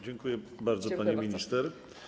Dziękuję bardzo, pani minister.